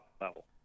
level